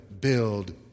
build